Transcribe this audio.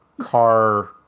car